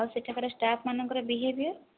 ଆଉ ସେଠାକାର ଷ୍ଟାପ ମାନଙ୍କର ବିହେବିଅର